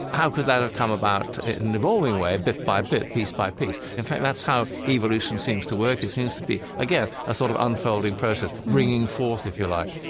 how could that have come about in an evolving way, bit by bit, piece by piece? in fact, that's how evolution seems to work. it seems to be, again, a sort of unfolding process, bringing forth, if you like.